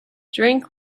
drink